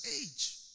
age